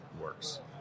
works